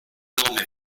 nome